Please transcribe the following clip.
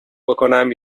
بکـنم